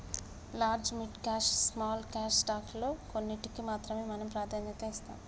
large mid cash small cash stock లో కొన్నింటికీ మాత్రమే మనం ప్రాధాన్యత ఇస్తాం